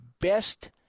best